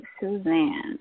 Suzanne